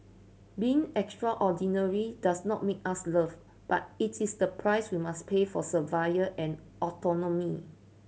being extraordinary does not make us loved but it is the price we must pay for survival and autonomy